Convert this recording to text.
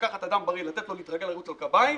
לקחת אדם בריא, לתת לו להתרגל לרוץ על קביים,